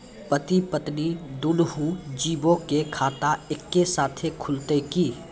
पति पत्नी दुनहु जीबो के खाता एक्के साथै खुलते की?